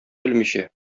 белмичә